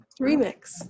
Remix